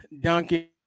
Duncan